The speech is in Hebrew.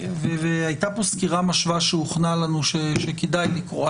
והייתה פה סקירה משווה שהוכנה לנו, שכדאי לקרוא.